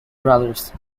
brothers